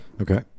Okay